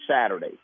Saturday